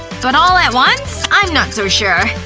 but all at once? i'm not so sure.